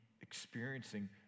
experiencing